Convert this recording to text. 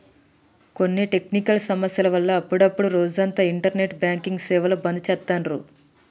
కొన్ని టెక్నికల్ సమస్యల వల్ల అప్పుడప్డు రోజంతా ఇంటర్నెట్ బ్యాంకింగ్ సేవలు బంద్ చేత్తాండ్రు